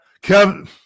Kevin